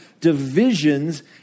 divisions